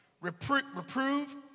Reprove